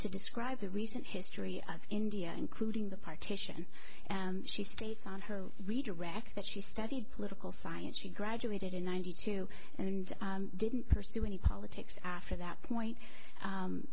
to describe the recent history of india including the partition and she says based on her redirect that she studied political science she graduated in ninety two and didn't pursue any politics after that point